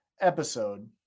episode